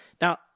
Now